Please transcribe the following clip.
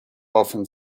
often